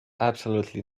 absolutely